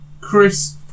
Chris